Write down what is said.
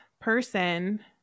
person